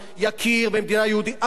ויכיר במדינה יהודית והכול.